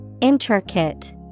Intricate